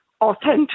authentic